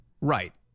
Right